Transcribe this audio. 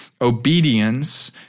obedience